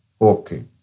Okay